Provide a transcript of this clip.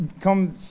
come